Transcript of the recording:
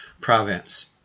province